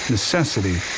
Necessity